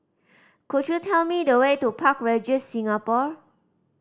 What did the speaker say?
could you tell me the way to Park Regis Singapore